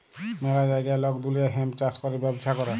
ম্যালা জাগায় লক দুলিয়ার হেম্প চাষ ক্যরে ব্যবচ্ছা ক্যরে